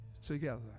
together